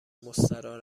مستراح